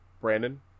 Brandon